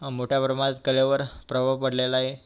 मोठ्या प्रमाणात कलेवर प्रभाव पडलेला आहे